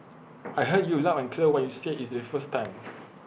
I heard you loud and clear when you said is the first time